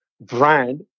brand